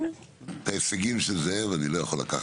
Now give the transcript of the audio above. את ההישגים של זאב, אני לא יכול לקחת.